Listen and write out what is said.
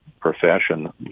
profession